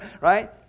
right